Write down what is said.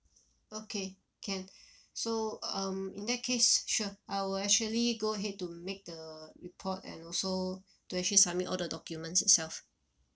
okay can so um in that case sure I will actually go ahead to make the report and also to actually submit all the documents itself